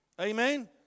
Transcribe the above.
Amen